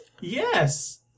yes